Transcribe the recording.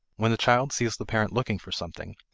when the child sees the parent looking for something,